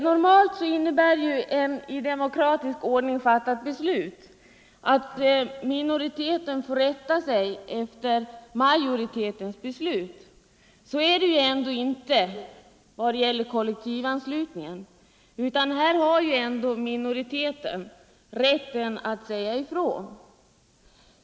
Normalt innebär ett i demokratisk ordning fattat beslut att minoriteten får rätta sig efter majoritetens beslut. Men så är det inte när det gäller kollektivanslutningen. Här har minoriteten rätten att säga ifrån.